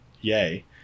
yay